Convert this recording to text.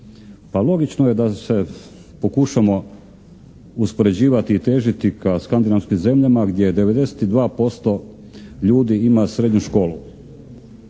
logično je da se pokušamo uspoređivati i težiti ka skandinavskim zemljama gdje 92% ljudi ima srednju školu